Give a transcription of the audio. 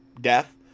death